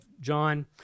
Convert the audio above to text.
John